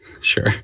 sure